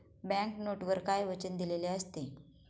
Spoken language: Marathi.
बँक नोटवर काय वचन दिलेले असते?